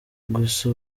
gusa